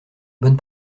bonne